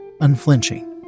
unflinching